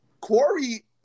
Corey